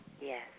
Yes